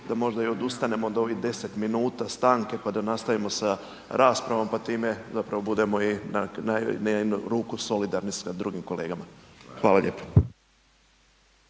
da možda i odustanemo od ovih 10 minuta stanke pa da nastavimo sa raspravom pa time budemo i na jednu ruku solidarni sa drugim kolegama. Hvala lijepo.